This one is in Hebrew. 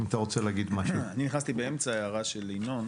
אם הבנתי אותך נכון